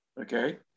Okay